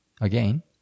again